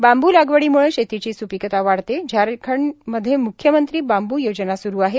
बांबू लागवडीम्ळे शेतीची सुपिकता वाढते झारखंड मध्ये मुख्यमंत्री बांबू योजना सुरू आहे